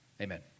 amen